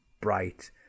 bright